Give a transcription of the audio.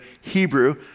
Hebrew